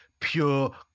pure